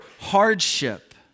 hardship